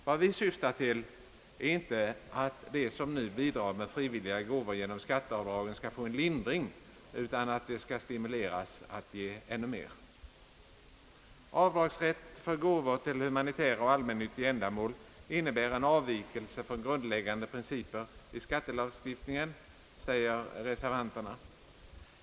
Vad vi syftar till är inte att de, som nu bidrar med frivilliga gåvor, genom skatteavdragen skall få en lindring, utan att de skall stimuleras att ge ännu mer. Avdragsrätt för gåvor till humanitära och allmännyttiga ändamål innebär en avvikelse från grundläggande principer i skattelagstiftningen, säger reservanterna.